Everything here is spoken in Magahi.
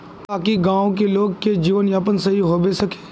ताकि गाँव की लोग के जीवन यापन सही होबे सके?